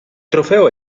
trofeo